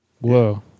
Whoa